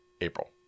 April